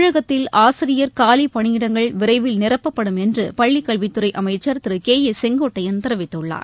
தமிழகத்தில் ஆசிரியர் காலி பணியிடங்கள் விரைவில் நிரப்பப்படும் என்று பள்ளி கல்வித்துறை அமைச்சர் திரு கே ஏ செங்கோட்டையன் தெரிவித்துள்ளார்